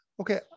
Okay